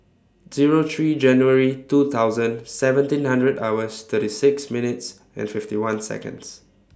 Zero three January two thousand seventeen hundred hours thirty six minutes and fifty one Seconds